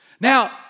Now